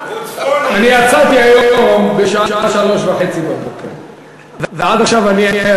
אני יצאתי היום בשעה 03:30 ועד עכשיו אני ער.